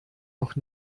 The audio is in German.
noch